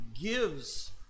gives